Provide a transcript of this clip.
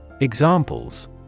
Examples